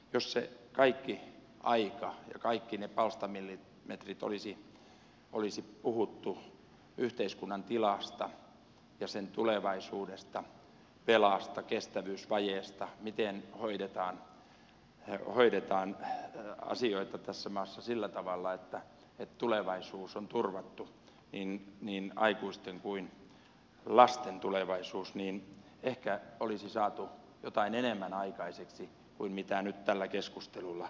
jos se kaikki aika ja kaikki ne palstamillimetrit olisi puhuttu yhteiskunnan tilasta ja sen tulevaisuudesta velasta kestävyysvajeesta miten hoidetaan asioita tässä maassa sillä tavalla että tulevaisuus on turvattu niin aikuisten kuin lasten tulevaisuus ehkä olisi saatu jotain enemmän aikaiseksi kuin mitä nyt tällä keskustelulla on saatu